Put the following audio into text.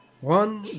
One